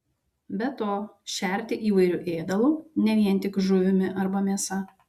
be to šerti įvairiu ėdalu ne vien tik žuvimi arba mėsa